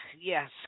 yes